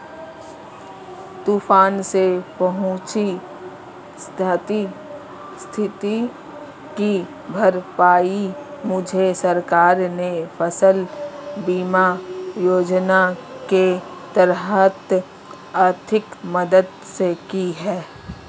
तूफान से पहुंची क्षति की भरपाई मुझे सरकार ने फसल बीमा योजना के तहत आर्थिक मदद से की है